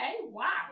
wow